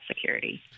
security